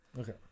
Okay